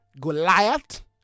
Goliath